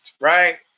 right